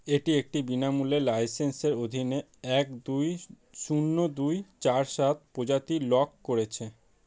এটি একটি বিনামূল্যের লাইসেন্সের অধীনে এক দুই শূন্য দুই চার সাত প্রজাতি লগ করেছে